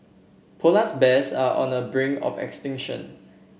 polars bears are on the brink of extinction